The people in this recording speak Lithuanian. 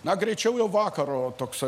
na greičiau jau vakaro toksai